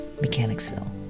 Mechanicsville